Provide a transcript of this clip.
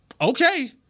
okay